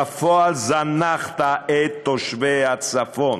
בפועל זנחת את תושבי הצפון.